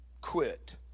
quit